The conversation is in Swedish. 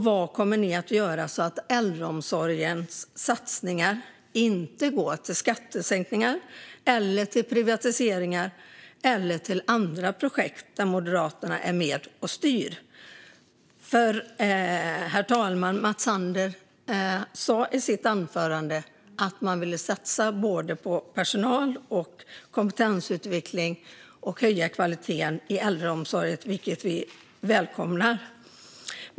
Vad kommer ni att göra för att satsningarna på äldreomsorgen inte ska gå till skattesänkningar, privatiseringar eller andra projekt i de kommuner där Moderaterna är med och styr? Herr talman! Mats Sander sa i sitt anförande att man vill satsa både på personal och kompetensutveckling och på att höja kvaliteten i äldreomsorgen, vilket vi välkomnar.